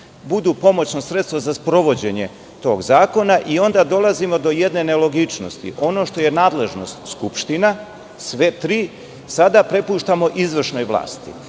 samo pomoćno sredstvo za sprovođenje tog zakona. Onda dolazimo do jedne nelogičnosti – ono što je nadležnost skupština, sve tri, sada prepuštamo izvršnoj vlasti